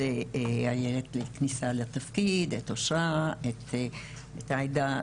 איילת לכניסה לתפקיד, את אושרה ואת עאידה,